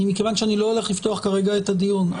מכיוון שאני לא הולך לפתוח כרגע את הדיון,